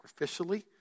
sacrificially